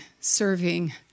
serving